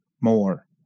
more